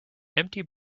empty